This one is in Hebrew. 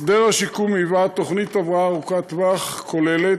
הסדר השיקום היווה תוכנית הבראה ארוכת טווח וכוללת,